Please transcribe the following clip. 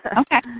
Okay